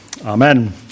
Amen